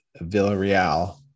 Villarreal